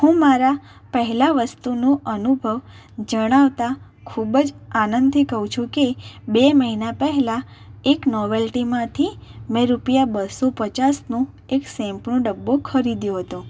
હું મારા પહેલા વસ્તુનો અનુભવ જણાવતા ખૂબ જ આનંદથી કહું છું કે બે મહિના પહેલાં એક નોવેલ્ટીમાંથી મેં રુપિયા બસો પચાસનું એક શૅમ્પુનો ડબો ખરીદ્યો હતો